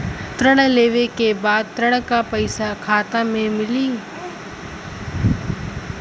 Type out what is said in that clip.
ऋण लेवे के बाद ऋण का पैसा खाता में मिली?